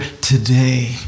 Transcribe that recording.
today